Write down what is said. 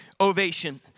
Ovation